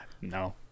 No